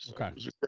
Okay